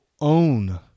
own